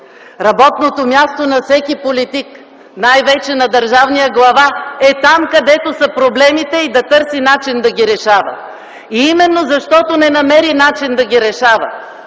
Работното място на всеки политик, най-вече на държавният глава, е там, където са проблемите, и да търси начин да ги решава. И именно защото не намери начин да ги решава,